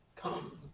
Come